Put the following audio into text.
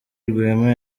rwema